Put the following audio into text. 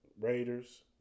Raiders